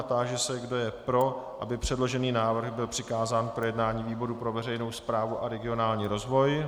Táži se, kdo je pro, aby předložený návrh byl přikázán k projednání výboru pro veřejnou správu a regionální rozvoj.